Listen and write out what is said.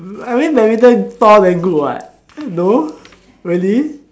I mean badminton tall then good what no really